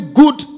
good